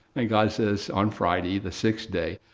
and god says on friday, the sixth day,